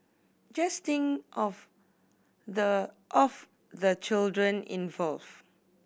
just think of the of the children involve